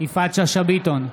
יפעת שאשא ביטון,